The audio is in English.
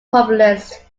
populist